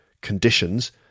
conditions